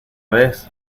ves